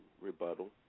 rebuttal